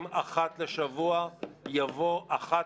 - יימחק.